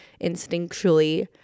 instinctually